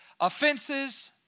offenses